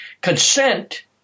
consent